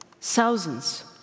thousands